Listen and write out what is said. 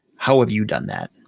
how have you done that?